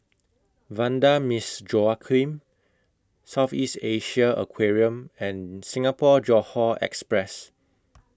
Vanda Miss Joaquim South East Asia Aquarium and Singapore Johore Express